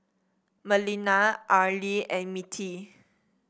Melina Arly and Mittie